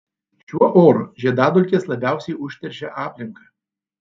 šiuo oru žiedadulkės labiausiai užteršia aplinką